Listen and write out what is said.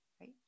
right